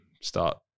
start